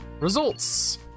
Results